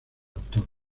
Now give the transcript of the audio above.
autor